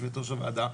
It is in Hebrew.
יו"ר הוועדה,